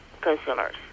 consumers